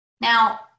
Now